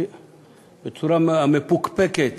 בצורה המפוקפקת